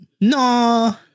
No